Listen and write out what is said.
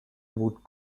would